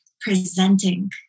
presenting